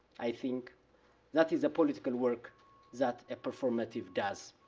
i think that is a political work that a performative does.